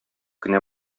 кенә